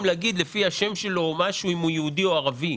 להגיד לפי השם שלו אם הוא יהודי או ערבי,